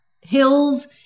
hills